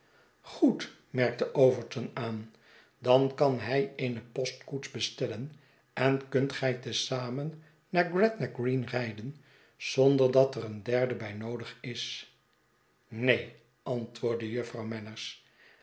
goed merkte overton aan dan kan hij eene postkoets bestellen en kunt gij te zamen naar gretna green rijden zonder dat er een derde bij noodig is neen antwoordde jufvrouw